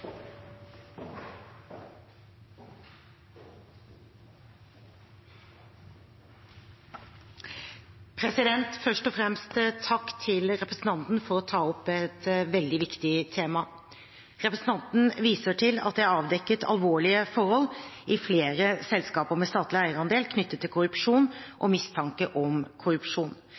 fremst: Takk til representanten for å ta opp et veldig viktig tema. Representanten viser til at det er avdekket alvorlige forhold i flere selskaper med statlig eierandel, knyttet til korrupsjon og mistanke om korrupsjon.